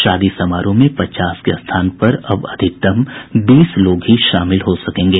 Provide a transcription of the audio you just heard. शादी समारोह में पचास के स्थान पर अब अधिकतम बीस लोग ही शामिल हो सकेंगे